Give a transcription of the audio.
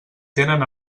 tenen